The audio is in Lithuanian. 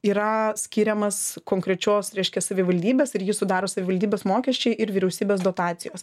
yra skiriamas konkrečios reiškia savivaldybės ir jį sudaro savivaldybės mokesčiai ir vyriausybės dotacijos